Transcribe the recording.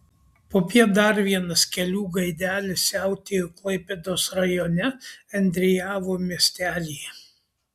popiet dar vienas kelių gaidelis siautėjo klaipėdos rajone endriejavo miestelyje